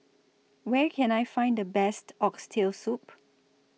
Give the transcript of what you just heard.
Where Can I Find The Best Oxtail Soup